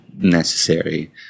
Necessary